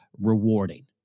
rewarding